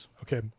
okay